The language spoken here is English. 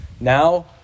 now